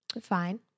fine